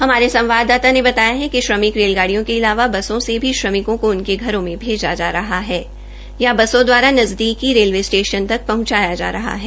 हमारे संवाददाता ने बताया कि श्रमिक रेलगाडिय़ा के अलावा बसों से भी श्रमिकों को उनके घरों में भैजा जा रहा है या बसों दवारा नज़दीकी रेलवे स्टेशन पहंचाया जा रहा है